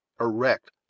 erect